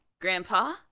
Grandpa